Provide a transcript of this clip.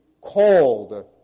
called